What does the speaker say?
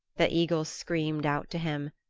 the eagle screamed out to him,